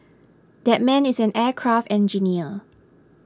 that man is an aircraft engineer